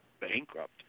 bankrupt